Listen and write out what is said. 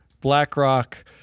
BlackRock